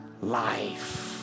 life